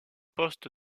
poste